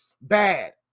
bad